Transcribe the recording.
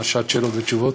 שעת שאלות ותשובות.